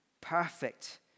perfect